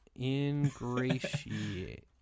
Ingratiate